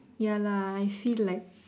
ya lah I feel like